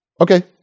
Okay